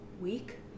week